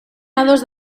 ados